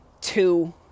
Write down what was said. two